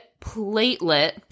platelet